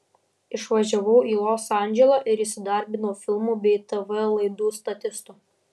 išvažiavau į los andželą ir įsidarbinau filmų bei tv laidų statistu